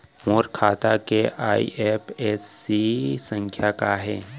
मोर खाता के आई.एफ.एस.सी संख्या का हे?